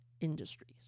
industries